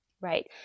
Right